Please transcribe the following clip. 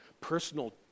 Personal